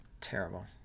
terrible